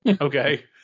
Okay